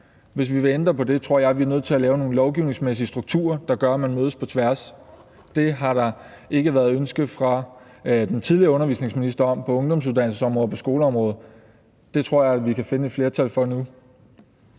Hvis vi vil ændre på det, tror jeg, at vi er nødt til at lave lovgivningsmæssige strukturer, der gør, at man mødes på tværs. Det har der ikke været ønske om fra den tidligere undervisningsminister på ungdomsuddannelsesområdet og på skoleområdet. Det tror jeg vi kan finde et flertal for nu.